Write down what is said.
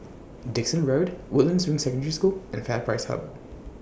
Dickson Road Woodlands Ring Secondary School and FairPrice Hub